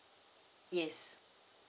yes